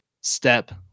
step